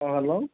ହଁ ହ୍ୟାଲୋ